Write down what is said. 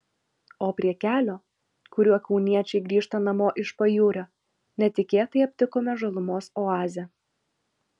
o prie kelio kuriuo kauniečiai grįžta namo iš pajūrio netikėtai aptikome žalumos oazę